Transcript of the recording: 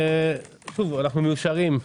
מיושרים,